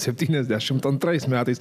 septyniasdešimt antrais metais